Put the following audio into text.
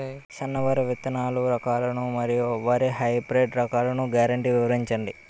సన్న వరి విత్తనాలు రకాలను మరియు వరి హైబ్రిడ్ రకాలను గ్యారంటీ వివరించండి?